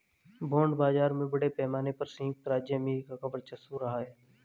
bond बाजार में बड़े पैमाने पर सयुक्त राज्य अमेरिका का वर्चस्व रहा है